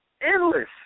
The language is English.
Endless